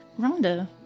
Rhonda